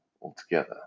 altogether